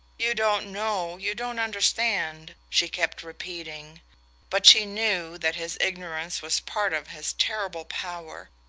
you don't know you don't understand she kept repeating but she knew that his ignorance was part of his terrible power,